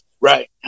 Right